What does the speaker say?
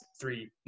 three